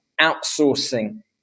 Outsourcing